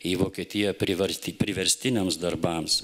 į vokietiją priversti priverstiniams darbams